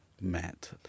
met